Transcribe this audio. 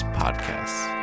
podcasts